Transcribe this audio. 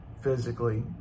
physically